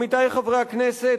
עמיתי חברי הכנסת,